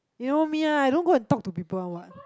you know me eh I don't go and talk to people [one] [what]